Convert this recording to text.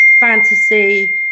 fantasy